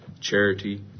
charity